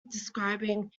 describing